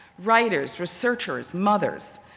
writers, researchers, mothers.